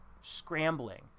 scrambling